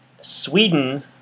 Sweden